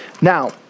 Now